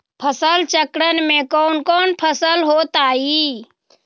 फसल चक्रण में कौन कौन फसल हो ताई?